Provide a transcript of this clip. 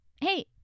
Hey